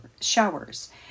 showers